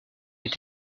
est